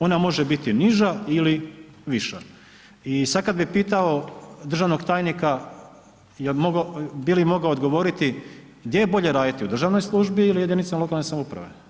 Ona može biti niža ili viša i sad kad bi pitao državnog tajnika bi li mogao odgovoriti gdje je bolje raditi u državnoj službi ili jedinicama lokalne samouprave?